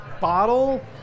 bottle